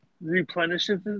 replenishes